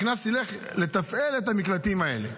הקנס ילך לטובת תפעול המקלטים האלה.